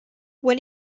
when